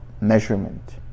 measurement